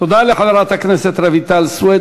תודה לחברת הכנסת רויטל סויד.